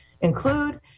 include